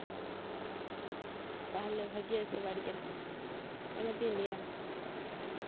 ᱛᱟᱦᱚᱞᱮ ᱵᱷᱟᱜᱮᱭᱟ ᱥᱮ ᱵᱟᱹᱲᱤᱡᱼᱟ ᱚᱱᱟᱛᱮᱧ ᱞᱟᱹᱭᱟ